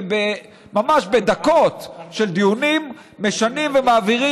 וממש בדקות של דיונים משנות ומעבירות